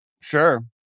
Sure